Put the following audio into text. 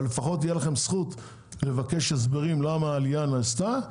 אבל לפחות יהיה לכם אישורים לבדוק למה העלייה נעשתה,